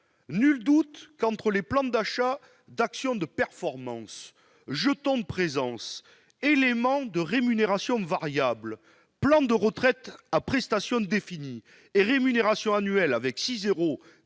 Nul doute qu'entre les plans d'achat, les plans d'action de performance, les jetons de présence, les éléments de rémunération variable, les plans de retraite à prestations définies et les rémunérations annuelles à